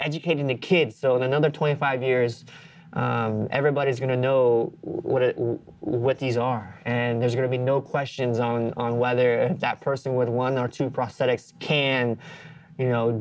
educating the kids killed another twenty five years everybody's going to know what what these are and there's going to be no questions on on whether that person with one or two prosthetics can you know